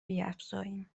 بیفزاییم